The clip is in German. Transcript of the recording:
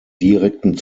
direkten